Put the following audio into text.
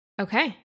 Okay